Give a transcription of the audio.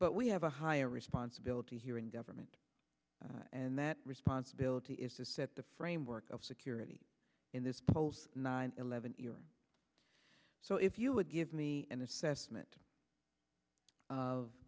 but we have a higher responsibility here in government and that responsibility is to set the framework of security in this post nine eleven era so if you would give me an assessment of